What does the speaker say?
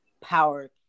power